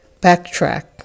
backtrack